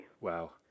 Wow